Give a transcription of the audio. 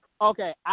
Okay